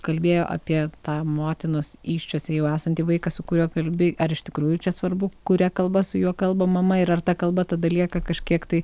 kalbėjo apie tą motinos įsčiose jau esantį vaiką su kuriuo kalbi ar iš tikrųjų čia svarbu kuria kalba su juo kalba mama ir ar ta kalba tada lieka kažkiek tai